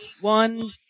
one